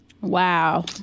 Wow